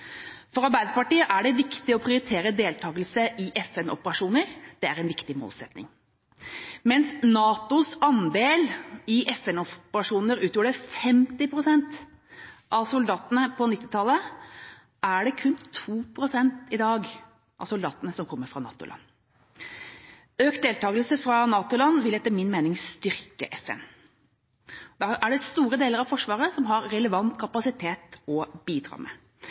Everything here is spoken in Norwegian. For Arbeiderpartiet er det viktig å prioritere deltakelse i FN-operasjoner. Det er en viktig målsetting. Mens NATOs andel i FN-operasjoner utgjorde 50 pst. av soldatene på 1990-tallet, er det kun 2 pst. av soldatene i dag som kommer fra NATO-land. Økt deltakelse fra NATO-land vil etter min mening styrke FN. Store deler av Forsvaret har relevant kapasitet å